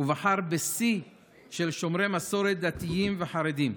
שבחר בשיא של שומרי מסורת דתיים וחרדים.